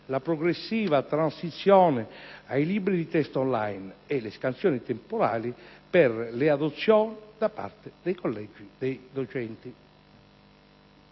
la progressiva transizione ai libri di testo *on line* e le scansioni temporali per le adozioni da parte dei collegi dei docenti.